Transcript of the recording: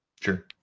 Sure